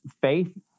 Faith